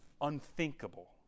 unthinkable